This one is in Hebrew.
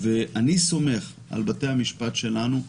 אני סומך על בתי המשפט שלנו,